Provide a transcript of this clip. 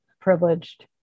privileged